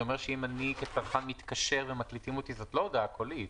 זה אומר שאם אני כצרכן מתקשר ומקליטים אותי זו הודעה קולית?